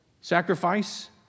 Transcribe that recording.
Sacrifice